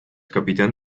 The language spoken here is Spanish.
capitán